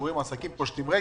אנחנו רואים עסקים פושטי רגל.